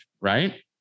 right